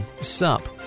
Sup